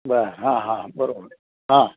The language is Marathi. बरं हां हां बरोबर हां